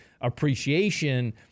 appreciation